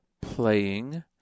playing